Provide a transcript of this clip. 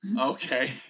Okay